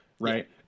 right